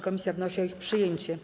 Komisja wnosi o ich przyjęcie.